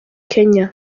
kenya